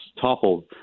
toppled